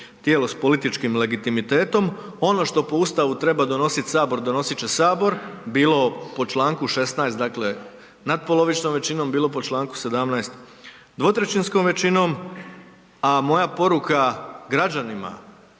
tijelo s političkim legitimitetom. Ono što po Ustavu treba donosit sabor donosit će sabor bilo po čl. 16. Dakle natpolovičnom većinom, bilo po čl. 17. dvotrećinskom većinom, a moja poruka građanima